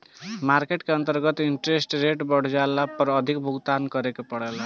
market के अंतर्गत interest rate बढ़ जाला पर अधिक भुगतान करे के पड़ेला